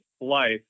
life